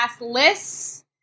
lists